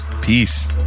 Peace